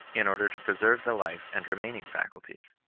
in order to preserve the life and remaining facul ties.